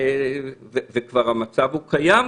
וכבר המצב קיים כזה,